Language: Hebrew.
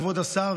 כבוד השר,